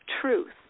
truth